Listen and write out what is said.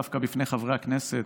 דווקא בפני חברי הכנסת,